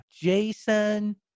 Jason